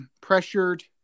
pressured